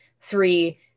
three